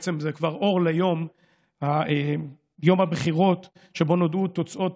בעצם זה כבר אור ליום הבחירות שבו נודעו תוצאות